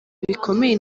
bikomeye